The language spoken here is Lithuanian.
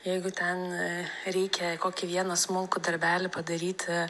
jeigu ten reikia kokį vieną smulkų darbelį padaryti